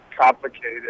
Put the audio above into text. complicated